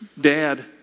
dad